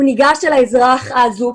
הוא ניגש אל האזרח האזוק,